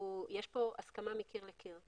יש כאן הסכמה מקיר לקיר.